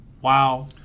Wow